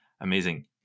amazing